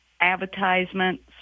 advertisements